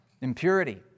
impurity